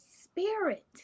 spirit